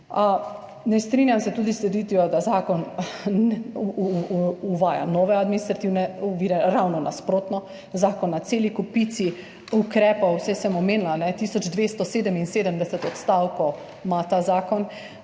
Ne strinjam se tudi s trditvijo, da zakon uvaja nove administrativne ovire. Ravno nasprotno, zakon na celi kopici ukrepov, saj sem omenila, tisoč 277 odstavkov ima ta zakon,